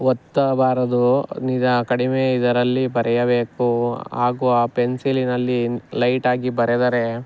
ಒತ್ತಬಾರದು ನಿದಾ ಕಡಿಮೆ ಇದರಲ್ಲಿ ಬರೆಯಬೇಕು ಹಾಗೂ ಆ ಪೆನ್ಸಿಲಿನಲ್ಲಿ ಲೈಟಾಗಿ ಬರೆದರೆ